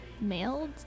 mailed